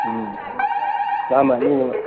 ம் ஆமாம் நீங்கள்